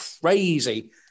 crazy